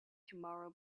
tomorrow